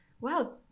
wow